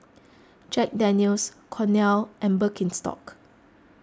Jack Daniel's Cornell and Birkenstock